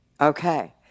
Okay